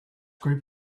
group